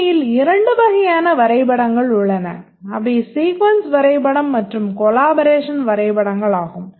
உண்மையில் 2 வகையான வரைபடங்கள் உள்ளன அவை சீக்வென்ஸ் வரைபடம் மற்றும் கொலாபரேஷன் வரைபடங்களாகும்